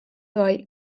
bai